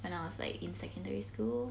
when I was like in secondary school